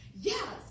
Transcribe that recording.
yes